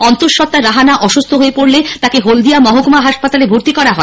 অন্তঃসত্ত্বা রাহানা অসুস্থ হয়ে পড়লে তাকে হলদিয়া মহকুমা হাসপাতালে ভর্তি করা হয়